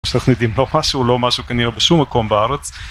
אנחנו יודעים לא משהו, לא משהו כנראה בשום מקום בארץ